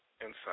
inside